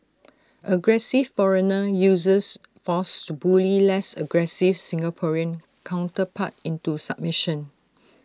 aggressive foreigner uses force to bully less aggressive Singaporean counterpart into submission